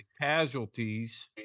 casualties